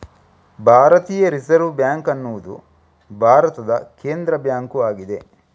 ಭಾರತೀಯ reserve bank ಅನ್ನುದು ಭಾರತದ ಕೇಂದ್ರ ಬ್ಯಾಂಕು ಆಗಿದೆ